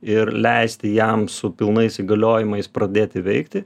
ir leisti jam su pilnais įgaliojimais pradėti veikti